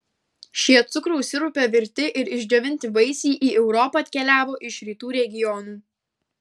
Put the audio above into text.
šie cukraus sirupe virti ir išdžiovinti vaisiai į europą atkeliavo iš rytų regionų